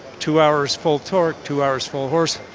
two hours full torque, two hours full horse,